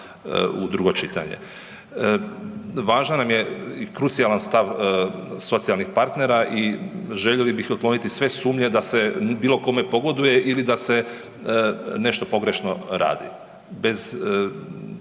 u drugo čitanje. Važan nam je i krucijalan stav socijalnih partnera i željeli bi otkloniti sve sumnje da se bilo kome pogoduje ili da se nešto pogrešno radi, bez